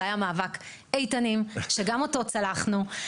זה היה מאבק איתנים שגם אותו צלחנו.